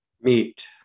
meet